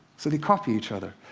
so they copy each other.